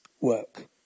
work